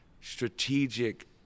strategic